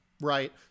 right